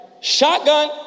shotgun